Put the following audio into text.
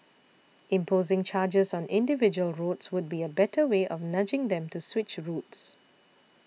imposing charges on individual roads would be a better way of nudging them to switch routes